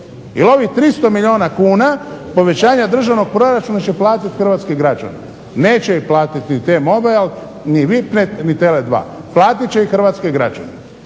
ovih 300 milijuna kuna povećanja državnog proračuna će platiti hrvatski građani. Neće ih platiti ni "T-Mobile", ni "Vipnet", ni "Tele2" platit će ih hrvatski građani.